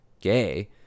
gay